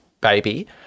baby